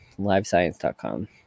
LiveScience.com